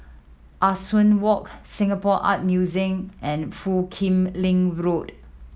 Ah Soo Walk Singapore Art Museum and Foo Kim Lin Road